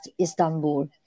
Istanbul